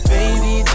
Baby